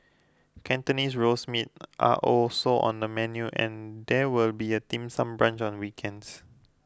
Cantonese Roast Meats are also on the menu and there will be a dim sum brunch on weekends